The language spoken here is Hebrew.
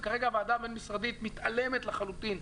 וכרגע הוועדה הבין-משרדית מתעלמת לחלוטין.